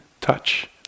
touch